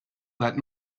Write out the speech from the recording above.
that